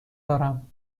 دارم